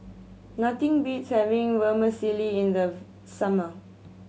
nothing beats having Vermicelli in the summer